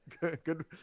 good